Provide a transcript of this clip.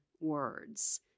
words